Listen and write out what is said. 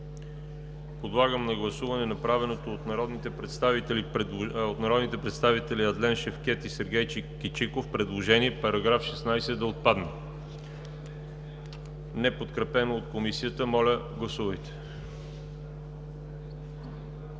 Подлагам на гласуване направеното от народните представители Адлен Шевкед и Сергей Кичиков предложение § 16 да отпадне, което е неподкрепено от Комисията. Гласували